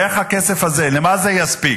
איך הכסף הזה, למה זה יספיק?